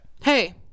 Hey